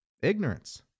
ignorance